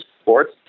sports